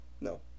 No